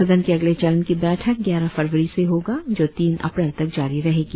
सदन के अगले चरण की बैठक ग्यारह फरवरी से होगी जो तीन अप्रैल तक जारी रहेगी